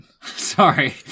Sorry